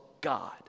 God